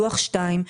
לוח 2,